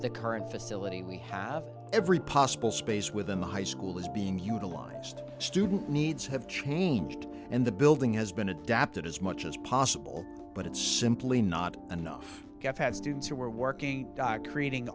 the current facility we have every possible space within the high school is being utilized student needs have changed and the building has been adapted as much as possible but it's simply not enough to have had students who were working dogs creating